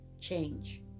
change